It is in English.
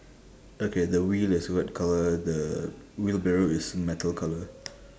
okay the wheel is white colour the wheelbarrow is metal colour